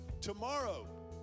tomorrow